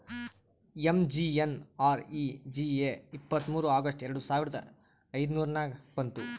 MGNREGA ಇಪ್ಪತ್ತ್ಮೂರ್ August ಎರಡು ಸಾವಿರದ ಐಯ್ದುರ್ನಾಗ್ ಬಂತು